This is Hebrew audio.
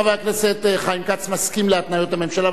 חבר הכנסת חיים כץ מסכים להתניות הממשלה,